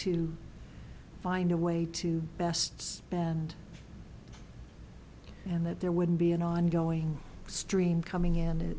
to find a way to best's band and that there would be an ongoing stream coming in